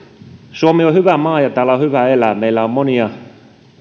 suomi on hyvä maa ja täällä on hyvä elää meillä on monia